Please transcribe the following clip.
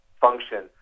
function